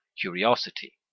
curiosity